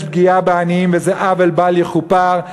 יש פגיעה בעניים, וזה עוול בל יכופר.